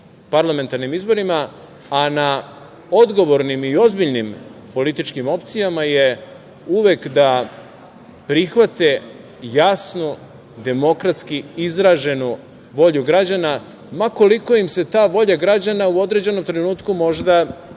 parlamentarnim izborima, a na odgovornim i ozbiljnim političkim opcijama je uvek da prihvate jasno demokratski izraženu volju građana, ma koliko im se ta volja građana u određenom trenutku možda